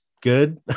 good